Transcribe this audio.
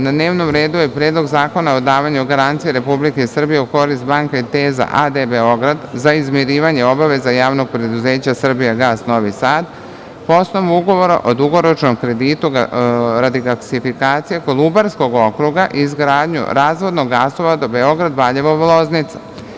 Na dnevnom redu je Predlog zakona o davanju garancija Republike Srbije u korist Banka Inteza a.d. Beograd za izmirivanje obaveza JP Srbijagas Novi Sad po osnovu Ugovora o dugoročnom kreditu radi gasifikacije Kolubarskog okruga i izgradnju razvodnog gasovoda Beograd-Valjevo-Loznica.